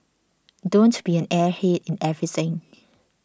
don't be an airhead in everything